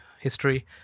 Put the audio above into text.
history